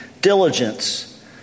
diligence